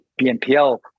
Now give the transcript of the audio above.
BNPL